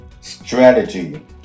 strategy